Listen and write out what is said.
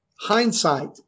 Hindsight